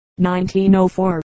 1904